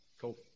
Cool